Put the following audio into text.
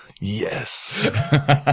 Yes